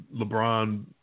LeBron